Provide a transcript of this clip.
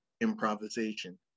improvisation